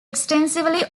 extensively